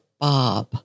Bob